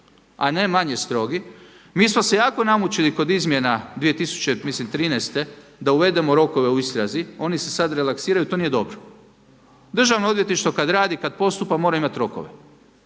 a ne manje strogi. Mi smo se jako namučili kod izmjena 2013. da uvedemo rokove u istrazi. Oni se sad relaksiraju, to nije dobro. Državno odvjetništvo kad radi, kad postupa mora imat rokove